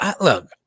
look